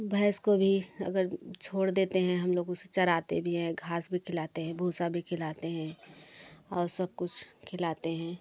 भैंस को भी अगर छोड़ देते हैं हम लोग उसे चराते भी हैं घास भी खिलाते हैं भूसा भी खिलाते हैं और सब कुछ खिलाते हैं